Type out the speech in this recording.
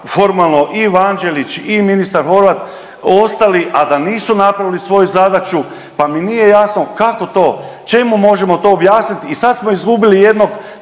formalno i Vanđelić i ministar Horvat ostali, a da nisu napravili svoju zadaću, pa mi nije jasno kako to, čemu možemo to objasnit i sad smo izgubili jednog…